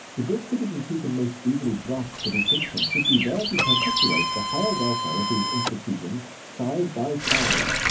the good citizens who can most easily grasp the distinction should be there to perpetuate the higher welfare of these institutions side by side.